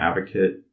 Advocate